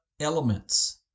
elements